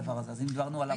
אבל איך אפשר להחריג אותם?